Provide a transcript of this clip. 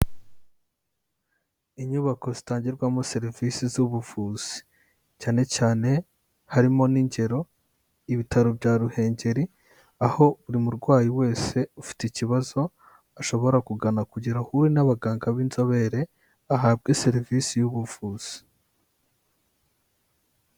Inyubako zitangirwamo serivisi z'ubuvuzi cyane cyane harimo n'ingero ibitaro bya Ruhengeri, aho buri murwayi wese ufite ikibazo ashobora kugana kugira ahure n'abaganga b'inzobere ahabwe serivisi y'ubuvuzi.